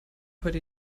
heute